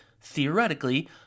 theoretically